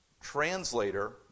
translator